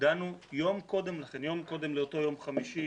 שדנו יום קודם לכן, יום קודם לאותו יום חמישי